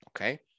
Okay